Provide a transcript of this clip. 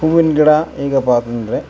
ಹೂವಿನ ಗಿಡ ಈಗ ಬಂದರೆ